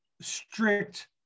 strict